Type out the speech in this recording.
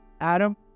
adam